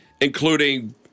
including